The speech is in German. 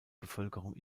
bevölkerung